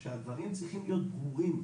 הוא נכנס לאתר משרד הבריאות.